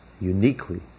uniquely